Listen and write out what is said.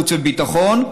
בכך את ועדת חוץ וביטחון,